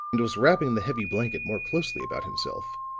and was wrapping the heavy blanket more closely about himself,